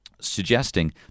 Suggesting